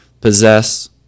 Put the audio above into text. possess